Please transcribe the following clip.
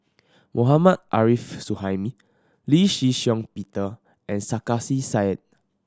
Mohammad Arif Suhaimi Lee Shih Shiong Peter and Sarkasi Said